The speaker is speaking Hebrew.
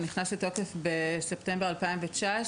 נכנס לתוקף בספטמבר 2019,